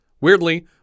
Weirdly